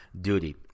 duty